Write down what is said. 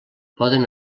poden